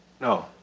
No